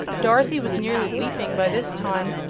dorothy was nearly weeping, by this time,